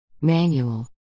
Manual